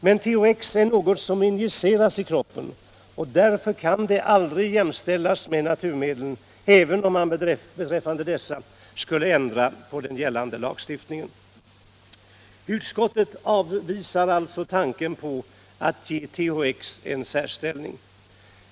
Men THX är något som injiceras i kroppen, och därför kan det aldrig jämställas med naturmedlen — även om man beträffande dessa skulle ändra lagstiftningen. Utskottet avvisar alltså tankarna på att ge THX en särställning.